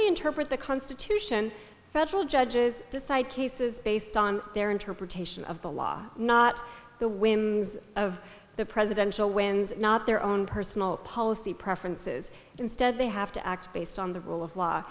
they interpret the constitution federal judges decide cases based on their interpretation of the law not the whims of the presidential winds not their own personal policy preferences instead they have to act based on the rule of law